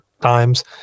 times